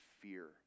fear